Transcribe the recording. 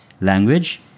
language